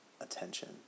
attention